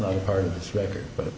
not a part of this record but